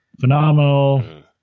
phenomenal